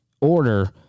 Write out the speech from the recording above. order